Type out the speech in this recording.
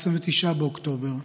29 באוקטובר,